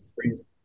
freezing